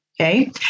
Okay